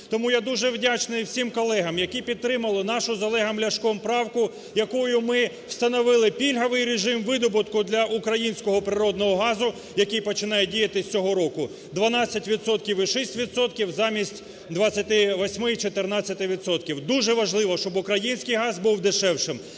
Тому я дуже вдячний всім колегам, які підтримали нашу з Олегом Ляшком правку, якою ми встановили пільговий режим видобутку для українського природного газу, який починає діяти з цього року, 12 відсотків і 6 відсотків замість 28 і 14 відсотків. Дуже важливо, щоб український газ був дешевшим,